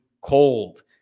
cold